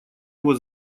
его